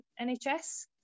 NHS